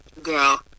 girl